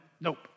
Nope